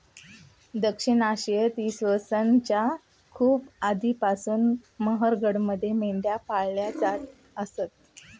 दक्षिण आशियात इसवी सन च्या खूप आधीपासून मेहरगडमध्ये मेंढ्या पाळल्या जात असत